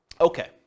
Okay